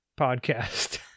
podcast